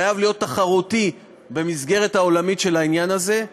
הוא חייב להיות תחרותי במסגרת העולמית של העניין הזה.